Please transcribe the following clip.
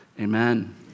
Amen